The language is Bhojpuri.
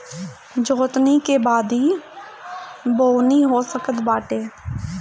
जोतनी के बादे बोअनी हो सकत बाटे